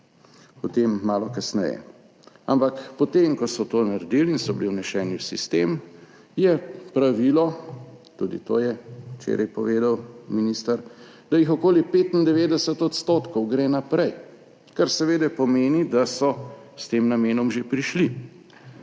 O tem malo kasneje. Ampak potem, ko so to naredili in so bili vneseni v sistem, je pravilo, tudi to je včeraj povedal minister, da jih okoli 95 % gre naprej, kar seveda pomeni, da so s tem namenom že prišli,